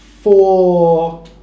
four